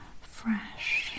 fresh